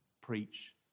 Preach